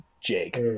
Jake